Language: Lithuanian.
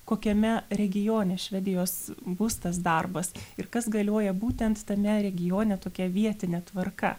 kokiame regione švedijos bus tas darbas ir kas galioja būtent tame regione tokia vietinė tvarka